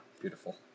beautiful